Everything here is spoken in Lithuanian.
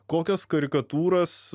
kokias karikatūras